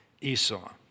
Esau